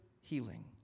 healing